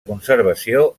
conservació